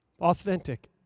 authentic